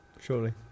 surely